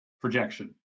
projection